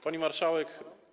Pani Marszałek!